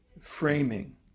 framing